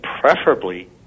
preferably